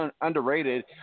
underrated